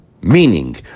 Meaning